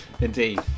indeed